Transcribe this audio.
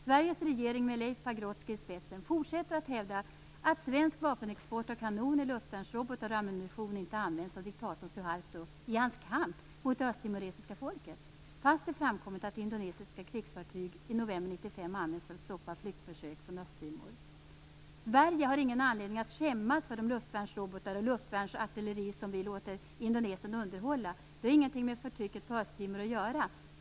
Sveriges regering med Leif Pagrotsky i spetsen fortsätter att hävda att svensk vapenexport av kanoner, luftvärnsrobotar och ammunition inte används av diktatorn Suharto i hans kamp mot det östtimoresiska folket fast det framkommit att indonesiska krigsfartyg i november 1995 använts för att stoppa flyktförsök från "Sverige har ingen anledning att skämmas för de luftvärnsrobotar och luftvärnsartilleri som vi låter Indonesien underhålla. Det har ingenting med förtrycket på Östtimor att göra."